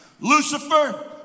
Lucifer